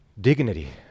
Dignity